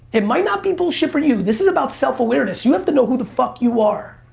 it might not be bullshit for you, this is about self awareness, you have to know who the fuck you are.